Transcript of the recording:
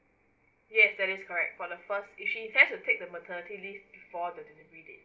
yes that is correct for the first is she has to take the maternity leave for the delivery date